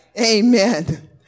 Amen